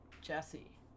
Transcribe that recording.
Jesse